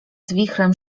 wichrem